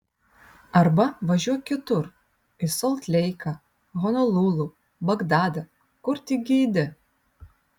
arba važiuok kitur į solt leiką honolulu bagdadą kur tik geidi